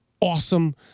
awesome